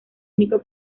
único